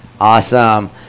Awesome